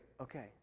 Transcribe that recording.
okay